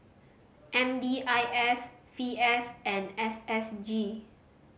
M D I S V S and S S G